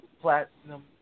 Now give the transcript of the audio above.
Platinum